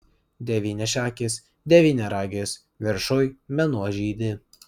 devyniašakis devyniaragis viršuj mėnuo žydi